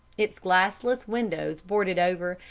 its glassless windows boarded over,